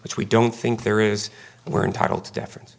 which we don't think there is we're entitled to deference